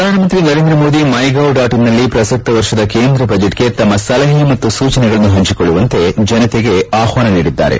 ಪ್ರಧಾನಮಂತ್ರಿ Narendra Modi my gov dot in ನಲ್ಲಿ ಪ್ರಸಕ್ತ ವರ್ಷದ ಕೇಂದ್ರ ಬಜೆಟ್ಗೆ ತಮ್ಮ ಸಲಹೆ ಮತ್ತು ಸೂಚನೆಗಳನ್ನು ಪಂಚಿಕೊಳ್ಳುವಂತೆ ಜನತೆಗೆ ಆಹ್ನಾನ ನೀಡಿದ್ದಾರೆ